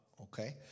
okay